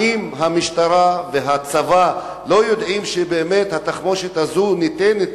האם המשטרה והצבא לא יודעים שבאמת התחמושת הזאת ניתנת